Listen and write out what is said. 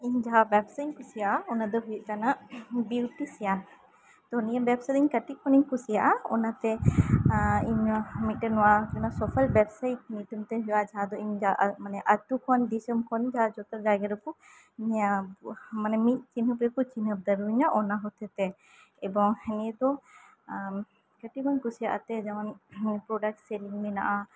ᱤᱧ ᱡᱟᱦᱟᱸ ᱵᱮᱵᱽᱥᱟᱧ ᱠᱩᱥᱤᱭᱟᱜᱼᱟ ᱚᱱᱟ ᱫᱚ ᱦᱩᱭᱩᱜ ᱠᱟᱱᱟ ᱵᱤᱭᱩᱴᱤᱥᱤᱭᱟᱱ ᱛᱚ ᱱᱤᱭᱟ ᱵᱮᱵᱽᱥᱟ ᱫᱚ ᱠᱟᱹᱴᱤᱡ ᱠᱷᱚᱱ ᱤᱧ ᱠᱩᱥᱤᱭᱟᱜᱼᱟ ᱚᱱᱟ ᱛᱮ ᱢᱤᱫ ᱴᱮᱱ ᱱᱚᱣᱟ ᱥᱳᱥᱟᱞ ᱳᱭᱮᱵᱽ ᱥᱟᱭᱤᱴ ᱢᱟᱫᱽᱫᱷᱚᱢ ᱛᱮ ᱦᱩᱭᱩᱜᱼᱟ ᱡᱟᱦᱟᱸ ᱫᱚ ᱤᱧ ᱫᱚ ᱢᱟᱱᱮ ᱟᱛᱩ ᱠᱷᱚᱱ ᱫᱤᱥᱚᱱ ᱠᱷᱚᱱ ᱡᱟᱦᱟᱸᱭ ᱡᱚᱛᱚ ᱡᱟᱭᱜᱟ ᱨᱮᱠᱚ ᱧᱟᱢ ᱢᱟᱱᱮ ᱢᱤᱜ ᱪᱤᱱᱦᱟᱹᱯ ᱨᱮᱠᱚ ᱪᱤᱱᱦᱟᱹᱯ ᱫᱟᱲᱮᱣᱟᱧᱟ ᱚᱱᱟ ᱦᱚᱛᱮᱛᱮ ᱮᱵᱚᱝ ᱱᱤᱭᱟᱹ ᱫᱚ ᱠᱟᱹᱴᱤᱡ ᱠᱷᱚᱡ ᱤᱧ ᱠᱩᱥᱤᱭᱟᱜ ᱛᱮ ᱡᱮᱢᱚᱱ ᱯᱨᱚᱰᱟᱠᱥᱮᱱ ᱢᱮᱱᱟᱜᱼᱟ